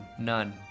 None